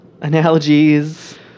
analogies